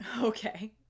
Okay